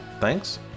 Thanks